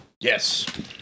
Yes